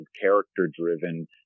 character-driven